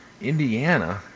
Indiana